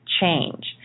change